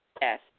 Yes